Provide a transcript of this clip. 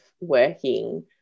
working